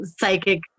psychic